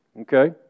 Okay